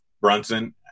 Brunson